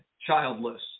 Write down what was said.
childless